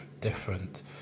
different